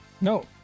No